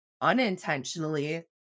unintentionally